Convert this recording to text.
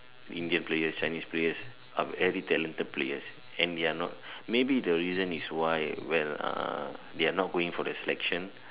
Indian players Chinese players ev~ every talented players and they are not maybe the reason is why well uh they are not going for the selection